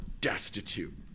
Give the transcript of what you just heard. destitute